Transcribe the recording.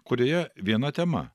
kurioje viena tema